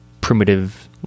primitive